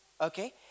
okay